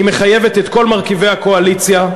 היא מחייבת את כל מרכיבי הקואליציה,